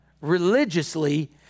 religiously